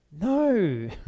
No